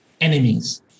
enemies